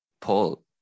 Paul